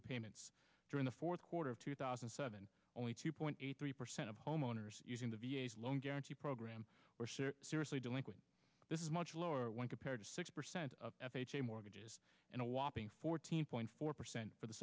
with payments during the fourth quarter of two thousand and seven only two point eight three percent of homeowners using the v a s loan guarantee program were seriously delinquent this is much lower when compared to six percent of f h a mortgages and a whopping fourteen point four percent for the